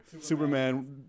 Superman